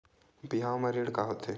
बिहाव म ऋण का होथे?